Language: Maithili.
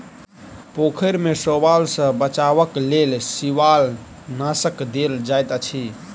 पोखैर में शैवाल सॅ बचावक लेल शिवालनाशक देल जाइत अछि